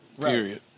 Period